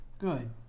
good